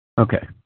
Okay